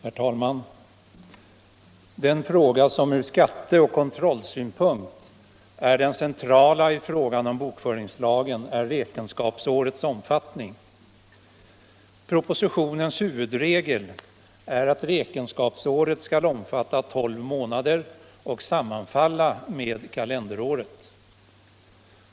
Herr talman! Den från skatteoch kontrollsynpunkt centrala frågan när det gäller bokföringslagen är räkenskapsårets omfattning. Propositionens huvudregel är att räkenskapsåret skall omfatta tolv månader och sammanfalla med kalenderåret.